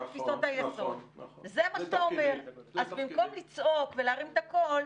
אז במקום לצעוק ולהרים את הקול,